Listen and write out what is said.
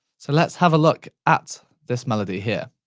so, let's have a look at this melody here.